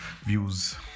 views